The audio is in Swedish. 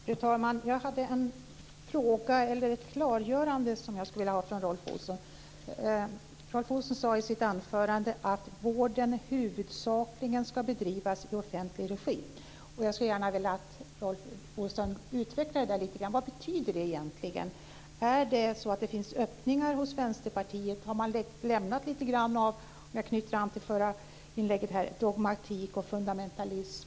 Fru talman! Jag skulle vilja ha ett klargörande från Rolf Olsson. Rolf Olsson sade i sitt anförande att vården huvudsakligen ska bedrivas i offentlig regi. Jag skulle gärna vilja att Rolf Olsson utvecklade det lite grann. Vad betyder det egentligen? Finns det öppningar hos Vänsterpartiet? Har man lämnat - och jag knyter an till det förra anförandet - dogmatik och fundamentalism?